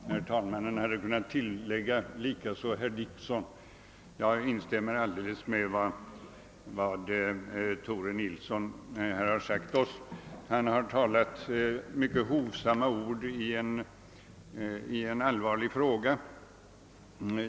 Herr talman! Vid sin uppräkning av dem som instämde i det nyss hållna anförandet hade herr talmannen kunnat nämna även mig, ty jag ansluter mig helt till vad herr Nilsson i Agnäs sade. Herr Nilsson i Agnäs har i hovsamma ordalag berört en allvarlig fråga.